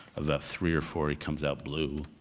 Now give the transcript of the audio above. of the three or four, he comes out blue,